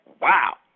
wow